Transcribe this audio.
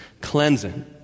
cleansing